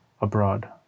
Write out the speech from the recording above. abroad